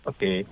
Okay